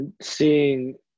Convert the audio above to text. seeing